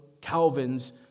Calvin's